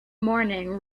morning